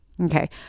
Okay